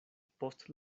post